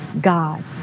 God